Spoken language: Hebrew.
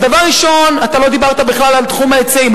אז דבר ראשון, אתה לא דיברת בכלל על תחום ההיצעים.